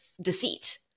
deceit